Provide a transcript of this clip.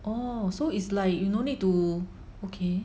orh so is like you no need to okay